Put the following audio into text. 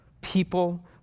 people